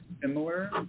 similar